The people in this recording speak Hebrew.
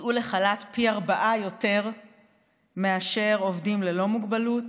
שהוצאו לחל"ת פי ארבעה יותר מאשר עובדים ללא מוגבלות.